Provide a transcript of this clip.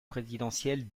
présidentielle